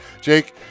Jake